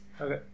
Okay